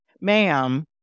Ma'am